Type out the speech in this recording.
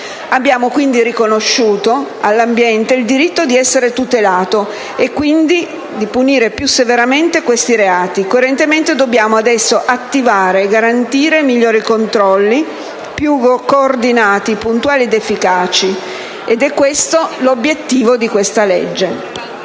Abbiamo riconosciuto all'ambiente il diritto di essere tutelato e quindi di punire più severamente questi reati. Coerentemente dobbiamo adesso attivare e garantire migliori controlli, più coordinati, puntuali ed efficaci, ed è questo l'obiettivo di questo disegno